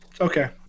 Okay